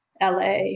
LA